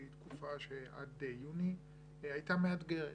היא תקופה שעד יוני הייתה מאתגרת.